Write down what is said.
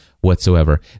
whatsoever